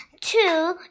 two